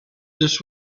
this